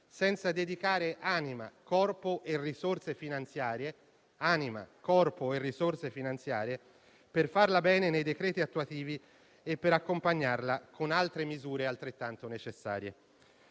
senza dedicare anima, corpo e risorse finanziarie per farla bene nei decreti attuativi e accompagnarla con altre misure altrettanto necessarie.